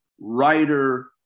writer